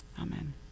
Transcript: Amen